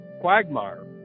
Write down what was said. quagmire